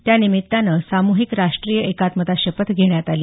त्यानिमित्तानं साम्हिक राष्ट्रीय एकात्मता शपथ घेण्यात आली